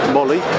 Molly